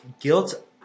guilt